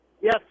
Yes